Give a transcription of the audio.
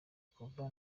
kuva